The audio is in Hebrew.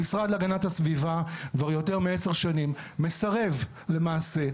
המשרד להגנת הסביבה כבר יותר מעשר שנים מסרב למעשה.